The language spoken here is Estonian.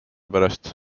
pärast